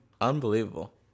Unbelievable